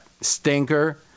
stinker